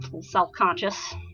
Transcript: Self-conscious